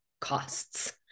costs